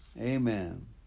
Amen